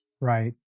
Right